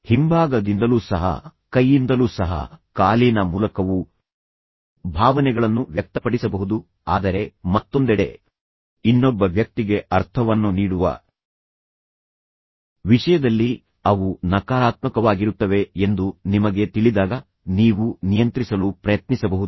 ಹಿಂಭಾಗದಿಂದಲೂ ಸಹ ಕೈಯಿಂದಲೂ ಸಹ ಕಾಲಿನ ಮೂಲಕವೂ ಭಾವನೆಗಳನ್ನು ವ್ಯಕ್ತಪಡಿಸಬಹುದು ಆದರೆ ಮತ್ತೊಂದೆಡೆ ಇನ್ನೊಬ್ಬ ವ್ಯಕ್ತಿಗೆ ಅರ್ಥವನ್ನು ನೀಡುವ ವಿಷಯದಲ್ಲಿ ಅವು ನಕಾರಾತ್ಮಕವಾಗಿರುತ್ತವೆ ಎಂದು ನಿಮಗೆ ತಿಳಿದಾಗ ನೀವು ನಿಯಂತ್ರಿಸಲು ಪ್ರಯತ್ನಿಸಬಹುದು